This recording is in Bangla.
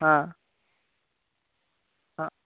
হ্যাঁ হ্যাঁ